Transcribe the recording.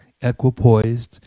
equipoised